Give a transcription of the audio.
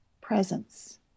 presence